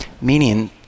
Meaning